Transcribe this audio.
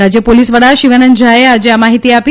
રાજ્ય પોલીસ વડા શિવાનંદ ઝાએ આજે આ માહિતી આપી